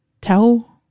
tell